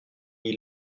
huit